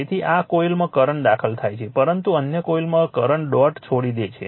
તેથી એક કોઇલમાં કરંટ દાખલ થાય છે પરંતુ અન્ય કોઇલમાં કરંટ ડોટ છોડી દે છે